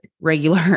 regular